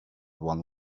one